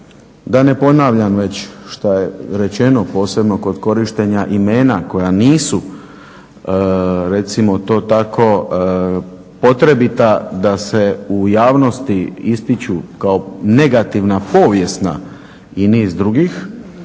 Da ne ponavljam već šta je rečeno, posebno kod korištenja imena koja nisu, recimo to tako potrebita da se u javnosti ističu kao negativna povijesna i niz drugih.